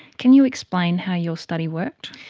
can you explain how your study worked?